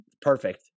perfect